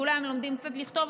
אולי הם לומדים קצת לכתוב,